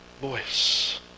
voice